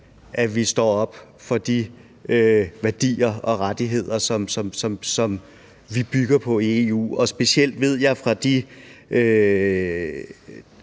at vi står op for de værdier og rettigheder, som vi bygger på i EU, og specielt ved jeg også fra de